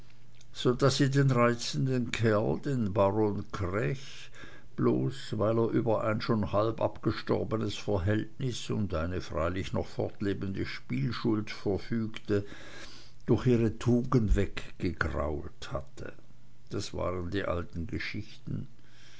so daß sie den reizenden kerl den baron krech bloß weil er über ein schon halb abgestorbenes verhältnis und eine freilich noch fortlebende spielschuld verfügte durch ihre tugend weggegrault hatte das waren die alten geschichten